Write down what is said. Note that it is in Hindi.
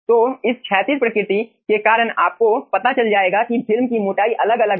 तो इस क्षैतिज प्रकृति के कारण आपको पता चल जाएगा कि फिल्म की मोटाई अलग अलग है